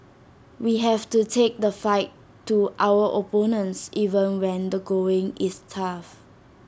we have to take the fight to our opponents even when the going is tough